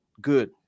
good